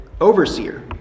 overseer